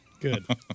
good